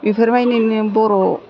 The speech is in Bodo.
बेफोरबायदिनो बर'